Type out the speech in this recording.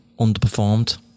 underperformed